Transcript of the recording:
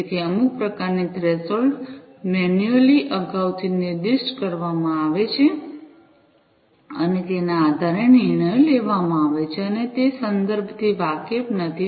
તેથી અમુક પ્રકારની થ્રેશોલ્ડ મેન્યુઅલી અગાઉથી નિર્દિષ્ટ કરવામાં આવે છે અને તેના આધારે નિર્ણયો લેવામાં આવે છે અને તે સંદર્ભથી વાકેફ નથી